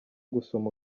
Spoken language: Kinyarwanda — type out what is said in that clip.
gusoma